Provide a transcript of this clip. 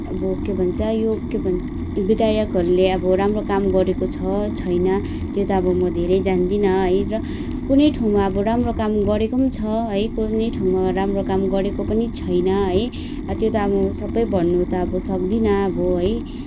अब के भन्छ यो के भन् विधायकहरूले अब राम्रो काम गरेको छ छैन त्यो त अब म धेरै जान्दिनँ है र कुनै ठाउँमा अब राम्रो काम गरेको पनि छ है कुनै ठाउँमा राम्रो काम गरेको पनि छैन है त्यो त अब सबै भन्नु त अब सक्दिनँ अब है